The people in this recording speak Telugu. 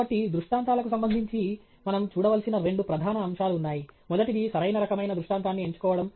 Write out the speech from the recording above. కాబట్టి దృష్టాంతాలకు సంబంధించి మనం చూడవలసిన రెండు ప్రధాన అంశాలు ఉన్నాయి మొదటిది సరైన రకమైన దృష్టాంతాన్ని ఎంచుకోవడం